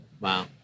Wow